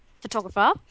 photographer